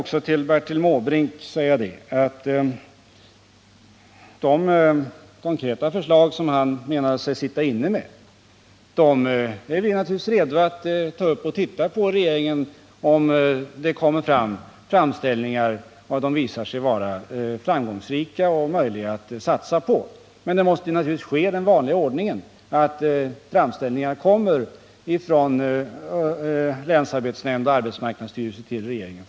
Låt mig till Bertil Måbrink också säga att regeringen naturligtvis är beredd att titta på de konkreta förslag som han menar sig sitta inne med, om det görs framställningar om dem i vanlig ordning från länsarbetsnämnd och arbetsmarknadsstyrelse till regeringen.